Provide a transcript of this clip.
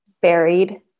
buried